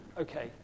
Okay